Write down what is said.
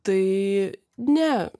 tai ne